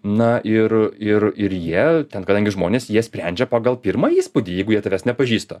na ir ir ir jie ten kadangi žmonės jie sprendžia pagal pirmą įspūdį jeigu jie tavęs nepažįsta